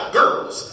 girls